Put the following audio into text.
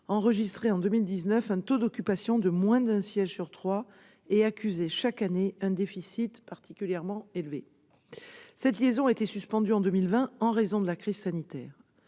enregistrait en 2019 un taux d'occupation de moins d'un siège sur trois et accusait chaque année un déficit particulièrement élevé. Cette liaison a été suspendue en 2020 en raison de la crise sanitaire.